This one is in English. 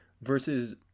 Versus